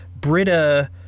Britta